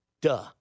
Duh